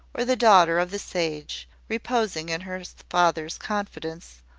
or the daughter of the sage, reposing in her father's confidence,